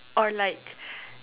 or like